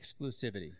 exclusivity